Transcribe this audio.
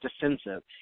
defensive